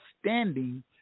standing